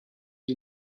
the